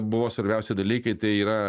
buvo svarbiausi dalykai tai yra